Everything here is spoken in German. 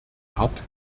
hart